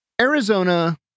Arizona